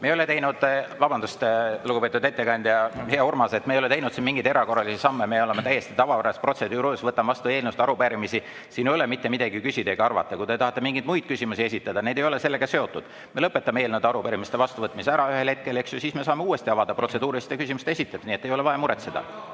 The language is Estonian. midagi.) Vabandust, lugupeetud ettekandja! Hea Urmas! Me ei ole teinud siin mingeid erakorralisi samme, me oleme täiesti tavapärase protseduuri juures, võtame vastu eelnõusid ja arupärimisi. Siin ei ole mitte midagi küsida ega arvata. Kui te tahate mingeid muid küsimusi esitada, need ei ole sellega seotud. Me lõpetame eelnõude ja arupärimiste vastuvõtmise ära ühel hetkel, eks ju, ja siis me saame uuesti avada protseduuriliste küsimuste esitamise. Ei ole vaja muretseda.